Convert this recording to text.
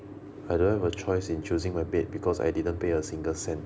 I don't have a choice in choosing my bed because I didn't pay a single cent